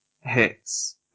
hits